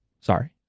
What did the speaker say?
Sorry